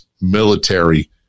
military